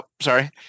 sorry